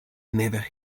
never